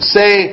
say